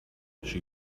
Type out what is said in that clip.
she